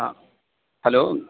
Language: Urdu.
ہاں ہلو